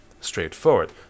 straightforward